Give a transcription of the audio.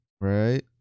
right